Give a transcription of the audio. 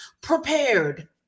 prepared